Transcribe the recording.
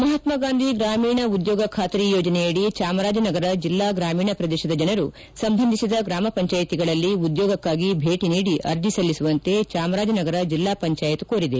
ಮಹಾತಗಾಂಧಿ ಗಾಮೀಣ ಉದ್ಲೋಗ ಖಾತರಿ ಯೋಜನೆಯಡಿ ಚಾಮರಾಜನಗರ ಜಿಲ್ಲಾ ಗ್ರಾಮೀಣ ಪ್ರದೇಶದ ಜನರು ಸಂಬಂಧಿಸಿದ ಗ್ರಾಮ ಪಂಚಾಯಿತಿಗಳಲ್ಲಿ ಉದ್ಯೋಗಕ್ಕಾಗಿ ಭೇಟಿ ನೀಡಿ ಅರ್ಜಿ ಸಲ್ಲಿಸುವಂತೆ ಚಾಮರಾಜನಗರ ಜಿಲ್ಲಾ ಪಂಚಾಯತ್ ಕೋರಿದೆ